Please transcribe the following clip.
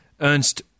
Ernst